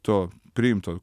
to priimto